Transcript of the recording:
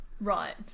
Right